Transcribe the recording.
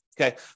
Okay